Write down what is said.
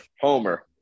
Homer